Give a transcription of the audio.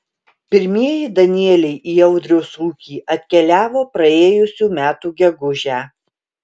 pirmieji danieliai į audriaus ūkį atkeliavo praėjusių metų gegužę